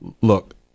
look